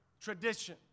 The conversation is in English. tradition